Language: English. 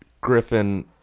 Griffin